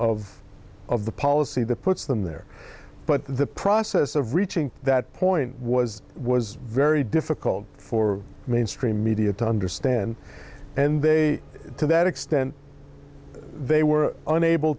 of of the policy that puts them there but the process of reaching that point was was very difficult for mainstream media to understand and they to that extent they were unable